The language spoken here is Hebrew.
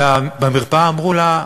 ובמרפאה אמרו לה,